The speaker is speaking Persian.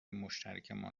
مشترکمان